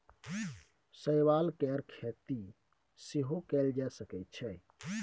शैवाल केर खेती सेहो कएल जा सकै छै